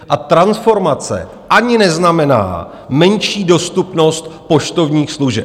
A transformace ani neznamená menší dostupnost poštovních služeb.